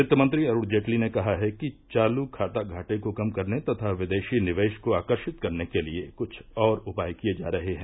वित्त मंत्री अरूण जेटली ने कहा है कि चालू खाता घाटे को कम करने तथा विदेशी निवेश को आकर्षित करने के लिए कुछ और उपाय किये जा रहे हैं